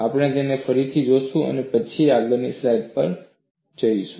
આપણે તેને ફરીથી જોઈશું અને પછી આગળની સ્લાઈડ પર જઈશું